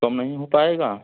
कम नहीं हो पाएगा